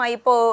Maipo